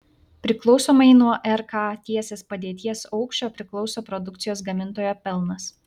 priklausomai nuo rk tiesės padėties aukščio priklauso produkcijos gamintojo pelnas